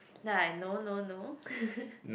then I no no no